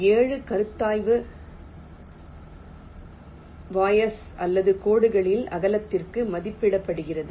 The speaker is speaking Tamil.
7 கருத்தாய்வு வயாஸ் அல்லது கோடுகளின் அகலத்திற்கு மதிப்பிடப்படுகிறது